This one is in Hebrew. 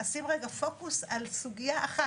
אשים רגע פוקוס על סוגיה אחת.